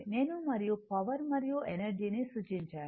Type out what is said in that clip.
నేను మరియు పవర్ మరియు ఎనర్జీ ని చూపించాను